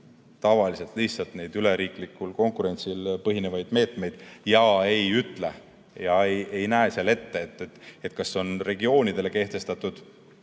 tavaliselt lihtsalt neid üleriiklikul konkurentsil põhinevaid meetmeid ning ei ütle ega näe seal ette, kas on regioonidele kehtestatud